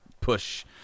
push